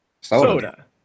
Soda